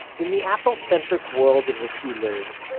in the apple-centric world in which we live,